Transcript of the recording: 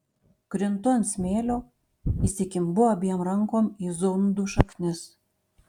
krintu ant smėlio įsikimbu abiem rankom į zundų šaknis